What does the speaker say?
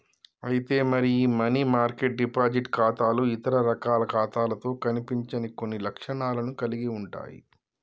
అయితే మరి ఈ మనీ మార్కెట్ డిపాజిట్ ఖాతాలు ఇతర రకాల ఖాతాలతో కనిపించని కొన్ని లక్షణాలను కలిగి ఉంటాయి